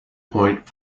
point